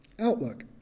outlook